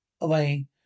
away